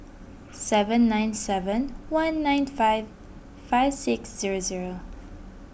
seven nine seven one nine five five six zero zero